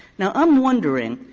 now, i'm wondering,